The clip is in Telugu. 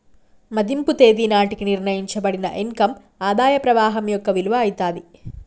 మదింపు తేదీ నాటికి నిర్ణయించబడిన ఇన్ కమ్ ఆదాయ ప్రవాహం యొక్క విలువ అయితాది